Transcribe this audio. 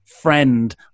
friend